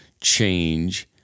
change